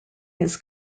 his